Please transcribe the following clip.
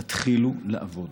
תתחילו לעבוד,